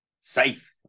Safe